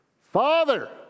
Father